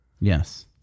Yes